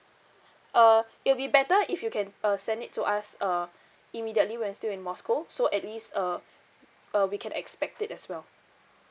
uh it will be better if you can uh send it to us uh immediately when still in moscow so at least uh uh we can expect it as well